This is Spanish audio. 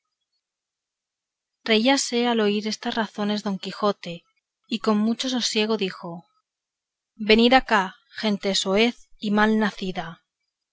carreras reíase de oír decir estas razones don quijote y con mucho sosiego dijo venid acá gente soez y malnacida